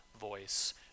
voice